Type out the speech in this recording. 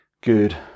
good